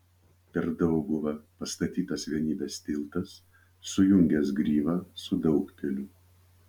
per dauguvą pastatytas vienybės tiltas sujungęs gryvą su daugpiliu